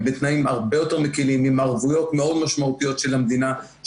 הם בתנאים הרבה יותר מקלים עם הערבויות מאוד משמעותיות של המדינה,